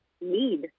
need